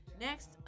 Next